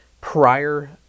prior